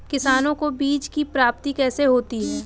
किसानों को बीज की प्राप्ति कैसे होती है?